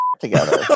together